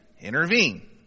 intervene